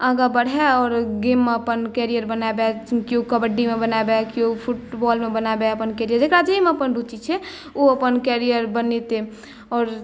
आगाँ बढ़ै और गेम मे अपन कैरियर बनाबै केओ कबड्डीमे बनाबै केओ फुटबॉलमे बनाबै अपन कैरियर जेकरा जाहिमे अपन रुचि छै ओ अपन कैरिय बनेतै आओर